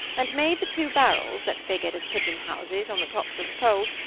and made the two barrels, that figured as pigeon-houses, on the tops of poles,